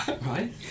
right